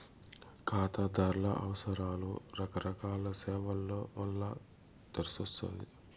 కాతాదార్ల అవసరాలు రకరకాల సేవల్ల వల్ల తెర్సొచ్చు